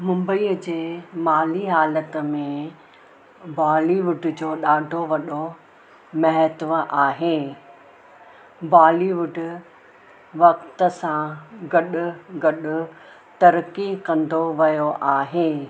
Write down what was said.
मुंबईअ जे माली हालति में बॉलीवुड जो ॾाढो वॾो महत्व आहे बॉलीवुड वक़्त सां गॾु गॾु तरकी कंदो वयो आहे